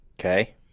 Okay